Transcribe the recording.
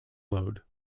load